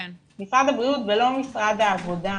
משרד הבריאות ולא משרד העבודה.